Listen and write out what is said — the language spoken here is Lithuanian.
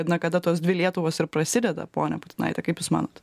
na kada tos dvi lietuvos ir prasideda pone putinaite kaip jūs manot